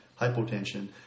hypotension